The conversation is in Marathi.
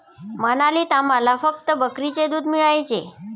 मनालीत आम्हाला फक्त बकरीचे दूध मिळायचे